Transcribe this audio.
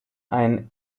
ein